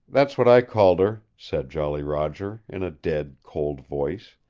that's what i called her, said jolly roger, in a dead, cold voice.